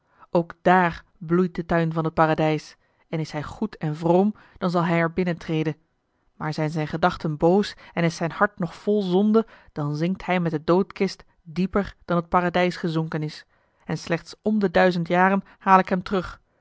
ook daar bloeit de tuin van het paradijs en is hij goed en vroom dan zal hij er binnentreden maar zijn zijn gedachten boos en is zijn hart nog vol zonde dan zinkt hij met de doodkist dieper dan het paradijs gezonken is en slechts om de duizend jaren haal ik hem terug